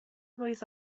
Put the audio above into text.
mlwydd